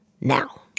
now